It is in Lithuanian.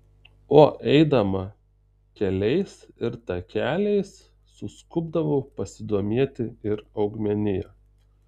o eidama keliais ir takeliais suskubdavau pasidomėti ir augmenija